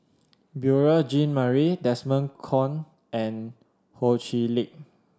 Beurel Jean Marie Desmond Kon and Ho Chee Lick